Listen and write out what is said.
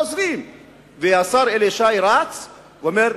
לא 20. והשר אלי ישי רץ ואומר,